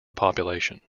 population